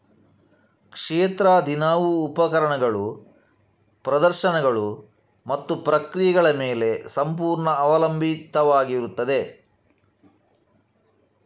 ಕ್ಷೇತ್ರ ದಿನವು ಉಪಕರಣಗಳು, ಪ್ರದರ್ಶನಗಳು ಮತ್ತು ಪ್ರಕ್ರಿಯೆಗಳ ಮೇಲೆ ಸಂಪೂರ್ಣ ಅವಲಂಬಿತವಾಗಿರುತ್ತದೆ